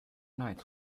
night